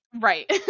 right